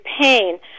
pain